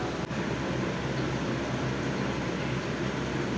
धान क ज्यादा पैदावार के लिए कम लागत में कितना उर्वरक खाद प्रयोग करल जा सकेला?